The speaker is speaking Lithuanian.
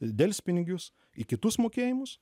delspinigius į kitus mokėjimus